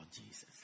Jesus